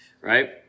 right